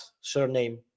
surname